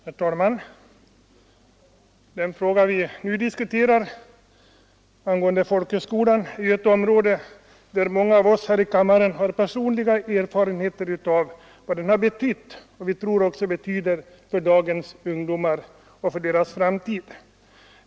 Herr talman! Folkhögskolan, som vi nu diskuterar, är en skolform som många av oss här i kammaren har personliga erfarenheter av. Vi vet vad folkhögskolan betytt och vad den kan betyda också för dagens ungdomar och deras framtid.